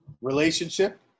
Relationship